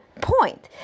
point